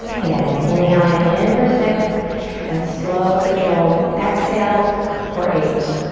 again, it's inhaling in for six and slow, controlled exhale for eight.